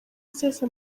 isesa